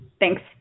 Thanks